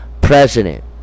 president